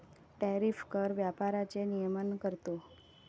tariff कर व्यापाराचे नियमन करतो